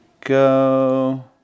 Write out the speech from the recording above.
go